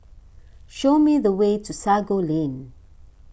show me the way to Sago Lane